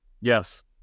Yes